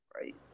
Right